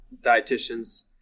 dietitians